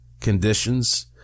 conditions